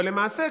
אבל למעשה,